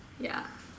yeah